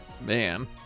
Man